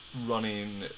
running